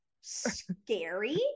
scary